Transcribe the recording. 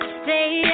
stay